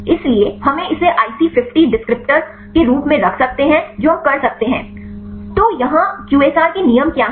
इसलिए हम इसे आईसी 50 डिस्क्रिप्टर के रूप में रख सकते हैं जो हम कर सकते हैं तो यहाँ QSAR के नियम क्या हैं